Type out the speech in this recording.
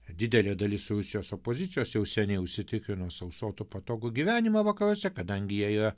didelė dalis rusijos opozicijos jau seniai užsitikrino sau sotų patogų gyvenimą vakaruose kadangi jie yra